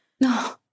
no